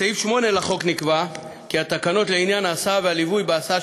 בסעיף 8 לחוק נקבע כי התקנות לעניין ההסעה והליווי בהסעה